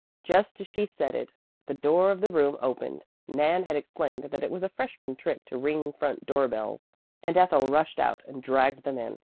just as she said it the door of the room opened nan had explained that it was a freshman trick to ring front door-bells and ethel rushed out and dragged them in.